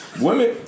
Women